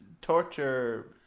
torture